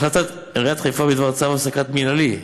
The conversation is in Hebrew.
החלטת עיריית חיפה בדבר צו הפסקה מינהלי,